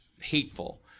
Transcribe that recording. hateful